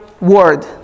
word